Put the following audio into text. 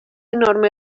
enorme